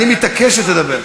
אני מתעקש שתדבר.